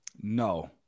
No